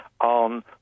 on